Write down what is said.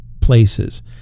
places